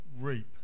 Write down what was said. reap